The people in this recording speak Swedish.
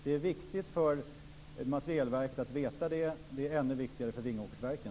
Det är viktigt för Materielverket att veta det. Det är ännu viktigare för Vingåkersverken.